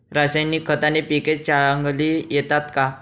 रासायनिक खताने पिके चांगली येतात का?